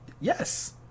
yes